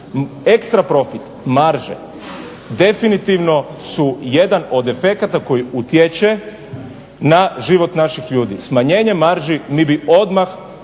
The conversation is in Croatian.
Ekstra profit, marže, definitivno su jedan od efekata koji utječe na život naših ljudi. Smanjenjem marži mi bi odmah